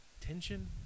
tension